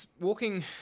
walking